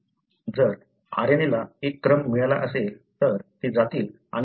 जर RNA ला एक क्रम मिळाला असेल तर ते जातील आणि त्यांना बांधतील